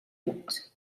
routes